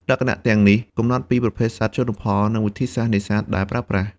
លក្ខណៈទាំងនេះកំណត់ពីប្រភេទសត្វជលផល និងវិធីសាស្ត្រនេសាទដែលប្រើប្រាស់។